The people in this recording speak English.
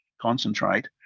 concentrate